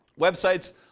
websites